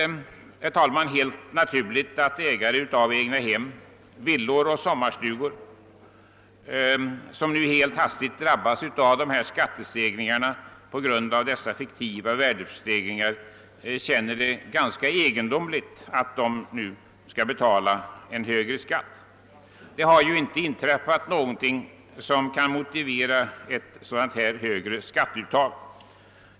Det är helt naturligt att många ägare av egnahem, villor och sommarstugor, som nu hastigt drabbas av kraftiga skattestegringar på grund av de fiktiva värdestegringarna, känner det ganska egendomligt att de nu skall betala en högre skatt. Det har inte inträffat något som kan motivera ett dylikt högre skatteutdrag.